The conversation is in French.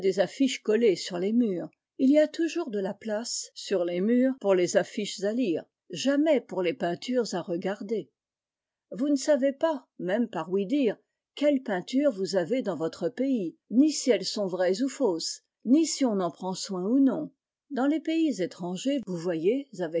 traducteur murs pour les affiches à lire jamais pour les peintures à regarder vous ne savez pas même par ouï dire quelles peintures vous avez dans votre pays ni si elles sont vraies oa fausses ni si on en prend soin ou non dans les pays étrangers vous voyez